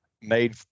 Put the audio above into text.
made